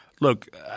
Look